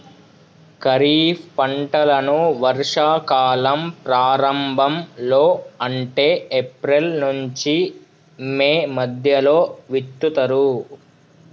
ఖరీఫ్ పంటలను వర్షా కాలం ప్రారంభం లో అంటే ఏప్రిల్ నుంచి మే మధ్యలో విత్తుతరు